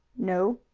no.